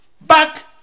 Back